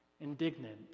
Indignant